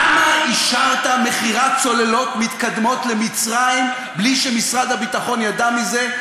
למה אישרת מכירת צוללות מתקדמות למצרים בלי שמשרד הביטחון ידע מזה,